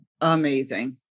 Amazing